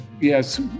yes